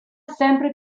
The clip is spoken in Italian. sempre